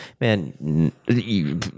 man